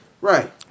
Right